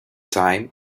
time